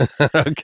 okay